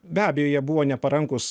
be abejo jie buvo neparankūs